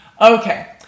Okay